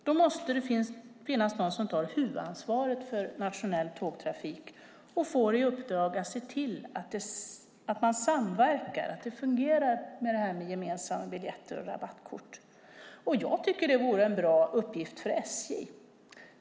Då måste det finnas någon som tar huvudansvaret för nationell tågtrafik och får i uppdrag att se till att man samverkar och att det fungerar med gemensamma biljetter och rabattkort. Jag tycker att det vore en bra uppgift för SJ.